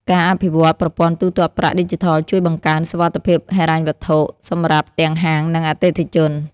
ការអភិវឌ្ឍប្រព័ន្ធទូទាត់ប្រាក់ឌីជីថលជួយបង្កើនសុវត្ថិភាពហិរញ្ញវត្ថុសម្រាប់ទាំងហាង និងអតិថិជន។